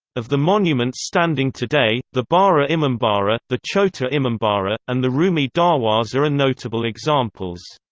of the monuments standing today, the bara imambara, the chota imambara, and the rumi darwaza are and notable examples.